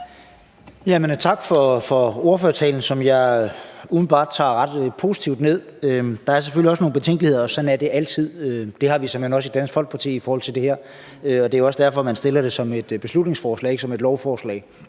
Tak for ordførertalen, som jeg umiddelbart tager ret positivt ned. Der er selvfølgelig også nogle betænkeligheder, og sådan er det altid. Det har vi såmænd også i Dansk Folkeparti i forhold til det her, og det er også derfor, vi fremsætter det som et beslutningsforslag og ikke som et lovforslag.